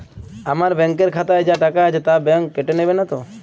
আমার ব্যাঙ্ক এর খাতায় যা টাকা আছে তা বাংক কেটে নেবে নাতো?